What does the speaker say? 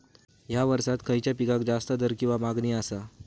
हया वर्सात खइच्या पिकाक जास्त दर किंवा मागणी आसा?